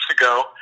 ago